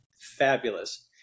fabulous